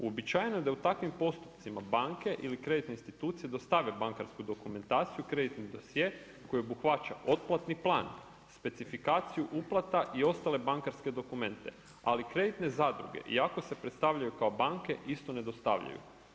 Uobičajeno da u takvim postupcima banke ili kreditne institucije dostave bankarsku dokumentaciju kreditni dosje koji obuhvaća otplatni plan, specifikaciju uplata i ostale bankarske dokumente, ali kreditne zadruge iako se predstavljaju kao banke isto ne dostavljaju.